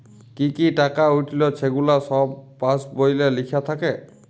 কি কি টাকা উইঠল ছেগুলা ছব পাস্ বইলে লিখ্যা থ্যাকে